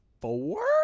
four